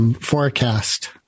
forecast